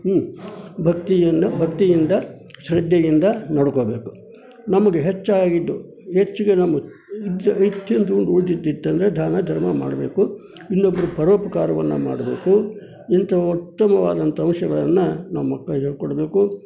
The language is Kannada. ಹ್ಞೂ ಭಕ್ತಿಯನ್ನು ಭಕ್ತಿಯಿಂದ ಶ್ರದ್ದೆಯಿಂದ ನೋಡ್ಕೋಬೇಕು ನಮ್ಗೆ ಹೆಚ್ಚಾಗಿದ್ದು ಹೆಚ್ಚಿಗೆ ನಮ್ಗೆ ಹೆಚ್ಚು ಹೆಚ್ಚಿದ್ದು ಉಂಡು ಉಳಿದಿದ್ದಿತ್ತಂದ್ರೆ ದಾನ ಧರ್ಮ ಮಾಡಬೇಕು ಇನ್ನೊಬ್ರು ಪರೋಪಕಾರವನ್ನು ಮಾಡಬೇಕು ಇಂಥ ಉತ್ತಮವಾದಂಥ ಅಂಶಗಳನ್ನು ನಾವು ಮಕ್ಕಳಿಗೆ ಹೇಳಿಕೊಡ್ಬೇಕು